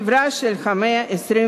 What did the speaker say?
חברה של המאה ה-21.